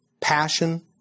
passion